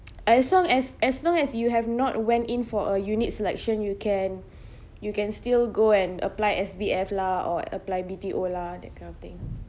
as long as as long as you have not went in for a unit selection you can you can still go and apply S_B_F lah or apply B_T_O lah that kind of thing